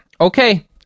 okay